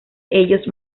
ellos